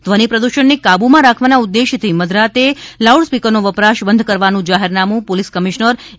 ધ્વનિ પ્રદુષણને કાબુમાં રાખવાના ઉદ્દેશથી મધરાતે લાઉડસ્પીકરનો વપરાશ બંધ કરવાનું જાહેરનામું પોલીસ કમિશ્નર એ